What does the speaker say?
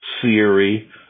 Siri